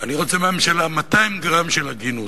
אני רוצה מהממשלה 200 גרם של הגינות,